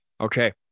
Okay